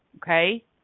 okay